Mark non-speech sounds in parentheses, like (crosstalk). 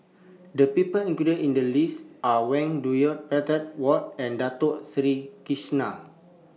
The People included in The list Are Wang Dayuan (unintelligible) Whatt and Dato Sri Krishna